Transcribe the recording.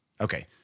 Okay